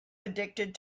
addicted